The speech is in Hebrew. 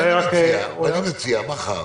מציע, מחר,